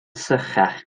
sychach